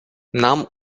нам